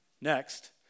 Next